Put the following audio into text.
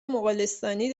مغولستانی